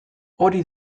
hori